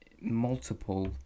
multiple